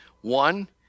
One